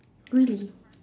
really